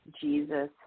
Jesus